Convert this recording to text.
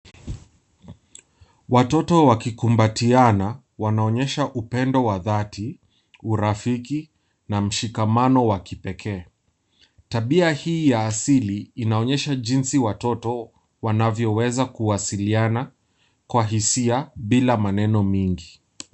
Watoto wakikumbatiana wanaonyesha upendo wa dhati, urafiki na mshikamano wa kipekee. Tabia hii ya asili inaonyesha jinsi watoto wnaavyoweza kuwasiliana kwa hisia bila maneno mengi.